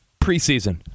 preseason